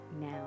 now